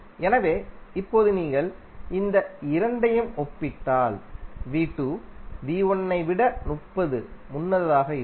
எனவே இப்போது நீங்கள் இந்த இரண்டையும் ஒப்பிட்டால் ஐ விட 30 முன்னதாக இருக்கும்